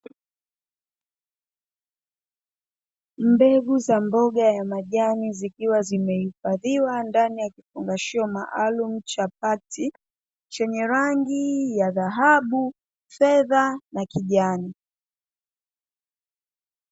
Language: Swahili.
Mbegu za Mboga ya majani zikiwa zimehifadhiwa ndani kifungashio maalumu cha pakiti, chenye rangi ya dhahabu, fedha na kijani.